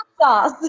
sauce